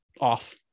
off